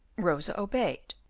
rosa obeyed,